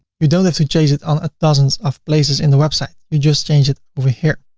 you don't have to change it on a dozens of places in the website, you just change it over here.